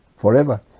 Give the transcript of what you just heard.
forever